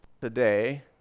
today